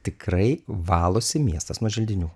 tikrai valosi miestas nuo želdinių